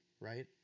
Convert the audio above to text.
right